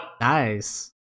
Nice